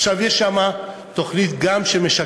עכשיו, יש שם גם תוכנית שמשקמת